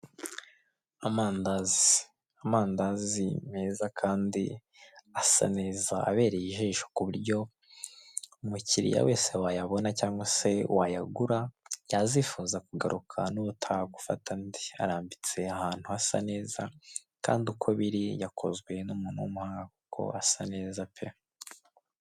Amandazi. Amandazi meza kandi asa neza, abereye ijisho ku buryo umukiriya wese wayabona cyangwa se wayagura, yazifuza kugaruka n'ubutaha gufata andi. Arambitse ahantu hasa neza kandi uko biri yakozwe n'umuntu w'umuhanga kuko asa neza pe!